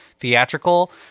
theatrical